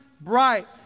bright